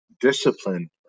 discipline